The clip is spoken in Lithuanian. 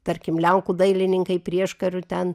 tarkim lenkų dailininkai prieškariu ten